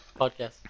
podcast